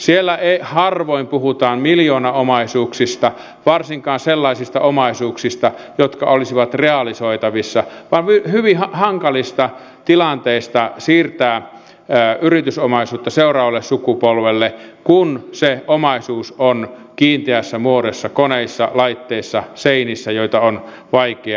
siellä harvoin puhutaan miljoonaomaisuuksista varsinkaan sellaisista omaisuuksista jotka olisivat realisoitavissa vaan hyvin hankalista tilanteista siirtää yritysomaisuutta seuraavalle sukupolvelle kun se omaisuus on kiinteässä muodossa koneissa laitteissa seinissä joita on vaikea realisoida